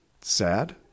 sad